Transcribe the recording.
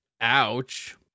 Ouch